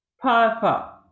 Papa